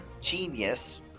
genius